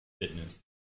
fitness